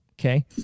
Okay